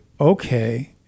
okay